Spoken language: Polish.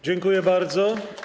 Dziękuję bardzo.